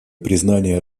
признания